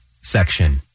section